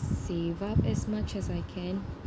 save up as much as I can